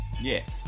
Yes